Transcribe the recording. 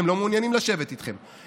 הם לא מעוניינים לשבת איתכם,